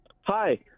Hi